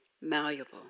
malleable